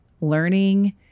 learning